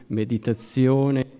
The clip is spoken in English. meditazione